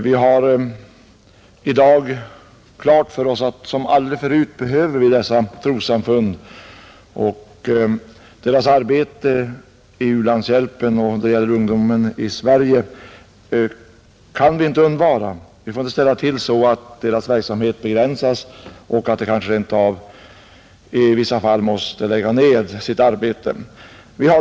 Vi har i dag klart för oss att vi som aldrig förut behöver dessa trossamfund, och deras arbete i u-landshjälpen och när det gäller ungdomen i Sverige kan vi inte undvara. Vi får inte ställa till så att deras verksamhet begränsas och att de kanske rent av i vissa fall måste lägga ned sitt arbete.